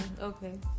Okay